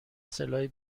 سلاح